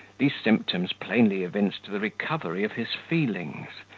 these symptoms plainly evinced the recovery of his feelings,